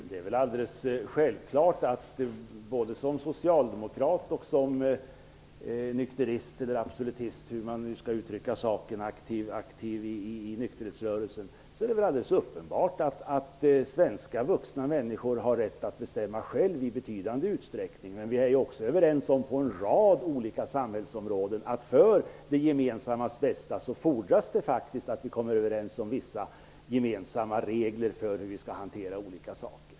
Fru talman! Både som socialdemokrat och som nykterist, eller absolutist - hur man nu skall uttrycka saken när man är aktiv i nykterhetsrörelsen - säger jag att det väl är alldeles uppenbart att svenska vuxna människor har rätt att bestämma själva i betydande utsträckning. Men vi är också på en rad olika samhällsområden överens om att det för det gemensammas bästa faktiskt fordras att vi kommer överens om vissa gemensamma regler för hur vi skall hantera olika saker.